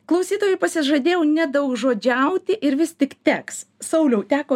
klausytojui pasižadėjau nedaugžodžiauti ir vis tik teks sauliau teko